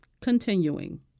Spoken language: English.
Continuing